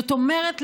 זאת אומרת,